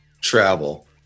travel